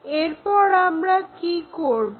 এরপর আমরা কি করবো